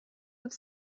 have